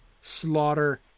Slaughter